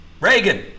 Reagan